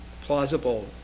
plausible